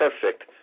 perfect